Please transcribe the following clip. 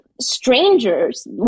strangers